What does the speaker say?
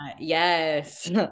yes